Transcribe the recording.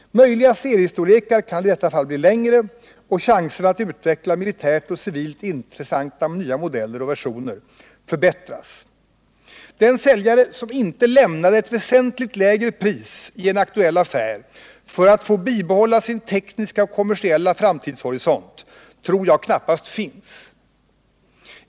Möjliga seriestorlekar kan i detta fall bli längre, och chansen att utveckla militärt och civilt intressanta nya modeller och versioner förbättras. Den säljare som inte lämnar ett väsentligt lägre pris i en aktuell affär för att få bibehålla sin tekniska och kommersiella framtidshorisont tror jag knappast finns.